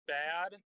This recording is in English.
bad